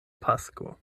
pasko